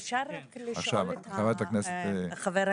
אפשר לשאול שאלה את חבר הכנסת גפני?